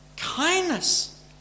Kindness